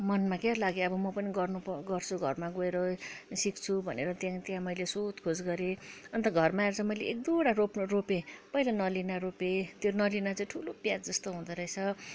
मनमा क्या लाग्यो अब म पनि गर्नु गर्छु घरमा गएर सिक्छु भनेर त्यहाँ मैले सोध खोज गरेँ अन्त घरमा आएर चाहिँ मैले एक दुईवटा रोप्नु रोपेँ पहिला नलिना रोपेँ त्यो नलिना चाहिँ ठुलो प्याज जस्तो हुँदो रहेछ